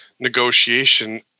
Negotiation